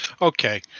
Okay